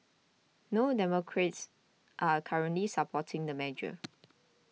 no Democrats are currently supporting the measure